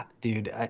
dude